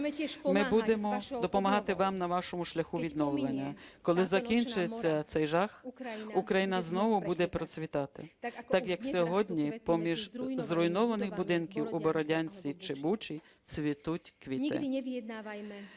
Ми будемо допомагати вам на вашому шляху відновлення. Коли закінчиться цей жах, Україна знову буде процвітати так, як сьогодні поміж зруйнованих будинків у Бородянці чи Бучі цвітуть квіти.